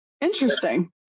Interesting